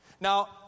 Now